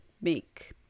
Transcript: make